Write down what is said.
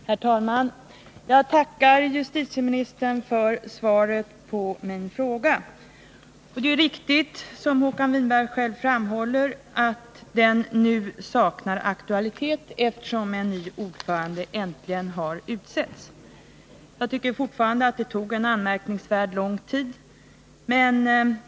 Herr talman! Jag tackar justitieministern för svaret på min fråga. Det är riktigt att den nu saknar aktualitet, eftersom en ny ordförande äntligen har utsetts— jag tycker fortfarande att det tog en anmärkningsvärt lång tid.